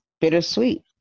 bittersweet